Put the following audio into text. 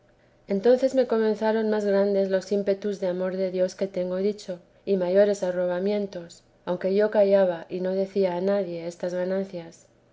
entonces me comenzaron más grandes los ímpetus de amor de dios que tengo dicho y mayores arrobamientos aunque yo callaba y no decía a nadie estas ganancias